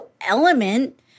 element